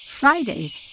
Friday